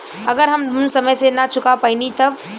अगर हम लोन समय से ना चुका पैनी तब?